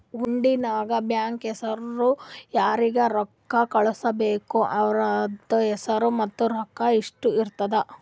ಹುಂಡಿ ನಾಗ್ ಬ್ಯಾಂಕ್ ಹೆಸುರ್ ಯಾರಿಗ್ ರೊಕ್ಕಾ ಕಳ್ಸುಬೇಕ್ ಅವ್ರದ್ ಹೆಸುರ್ ಮತ್ತ ರೊಕ್ಕಾ ಇಷ್ಟೇ ಇರ್ತುದ್